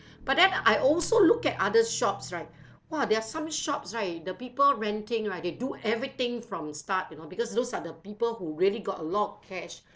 but then I also look at other shops right !wah! there are some shops right the people renting right they do everything from start you know because those are the people who really got a lot of cash